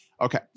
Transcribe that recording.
okay